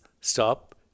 stop